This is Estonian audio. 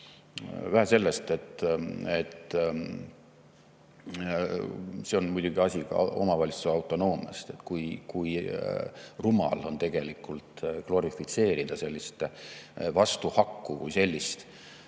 Vähe sellest, siin on muidugi asi ka omavalitsuste autonoomias. Aga kui rumal on tegelikult glorifitseerida sellist vastuhakku, mis